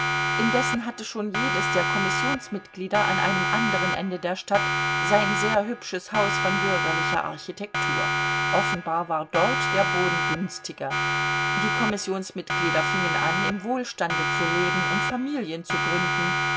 indessen hatte schon jedes der kommissionsmitglieder an einem anderen ende der stadt sein sehr hübsches haus von bürgerlicher architektur offenbar war dort der boden günstiger die kommissionsmitglieder fingen an im wohlstande zu leben und familien zu gründen